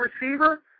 receiver